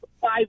five